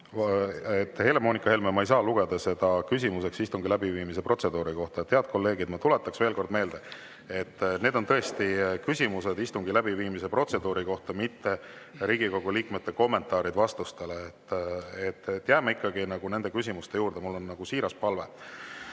Helle-Moonika Helme, ma ei saa seda lugeda küsimuseks istungi läbiviimise protseduuri kohta. Head kolleegid! Ma tuletan veel kord meelde, et need on tõesti küsimused istungi läbiviimise protseduuri kohta, mitte Riigikogu liikmete kommentaarid vastustele. Jääme ikkagi nende küsimuste juurde, mul on siiras palve.